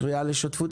קריאה לשותפות.